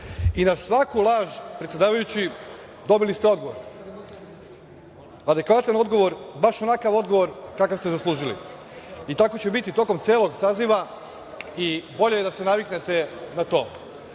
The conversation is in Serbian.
Na svaku laž, predsedavajući, dobili ste odgovor, adekvatan odgovor, baš onakav odgovor kakav ste zaslužili. Tako će biti tokom celog saziva i bolje će biti da se naviknete na to.